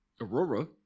Aurora